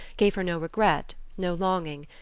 gave her no regret, no longing.